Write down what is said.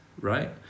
right